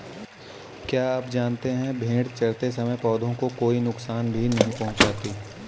क्या आप जानते है भेड़ चरते समय पौधों को कोई नुकसान भी नहीं पहुँचाती